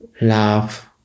love